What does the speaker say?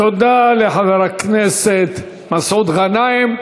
תודה לחבר הכנסת מסעוד גנאים.